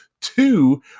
Two